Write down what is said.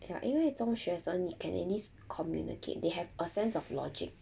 ya 因为中学生你 can at least communicate they have a sense of logic